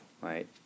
right